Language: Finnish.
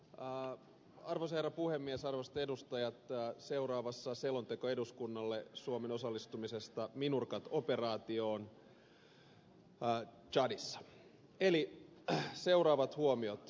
ja arvoisia puhemies alustedustajat ja seuraavassa selonteko eduskunnalle suomen osallistumisesta minurcat operaatioon tsadissa eli seuraavat huomiot